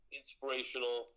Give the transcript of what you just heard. inspirational